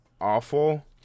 awful